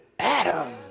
Adam